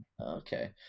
okay